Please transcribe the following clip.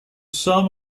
sum